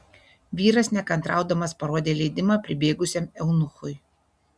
vyras nekantraudamas parodė leidimą pribėgusiam eunuchui